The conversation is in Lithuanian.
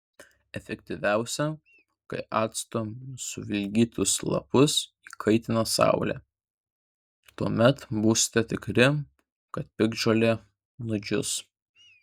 efektyviausia kai actu suvilgytus lapus įkaitina saulė tuomet būsite tikri kad piktžolė nudžius